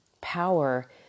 power